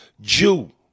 Jew